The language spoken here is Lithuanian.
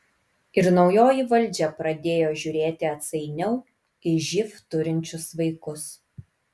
ir naujoji valdžia pradėjo žiūrėti atsainiau į živ turinčius vaikus